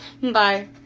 Bye